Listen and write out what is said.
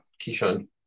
Keyshawn